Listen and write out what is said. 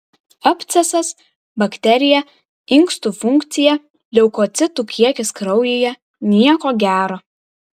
abscesas bakterija inkstų funkcija leukocitų kiekis kraujyje nieko gero